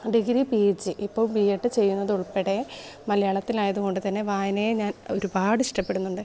degree PG ഇപ്പോൾ BEd ചെയ്യുന്നതുൾപ്പടെ മലയാളത്തിലായതു കൊണ്ടുതന്നെ വായനയെ ഞാൻ ഒരുപാട് ഇഷ്ടപ്പെടുന്നുണ്ട്